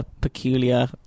peculiar